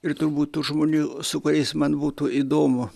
ir turbūt tų žmonių su kuriais man būtų įdomu